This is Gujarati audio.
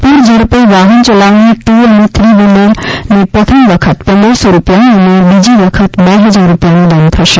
પૂરઝડપે વાહન ચલાવનાર ટુ અને થ્રી વ્હીલરને પ્રથમ વખત પંદરસો રૂપિયા અને બીજી વખત બે હજાર રૂપિયાનો દંડ થશે